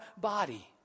body